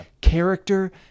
Character